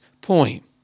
point